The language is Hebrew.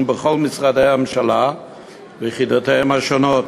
בכל משרדי הממשלה ויחידותיהם השונות.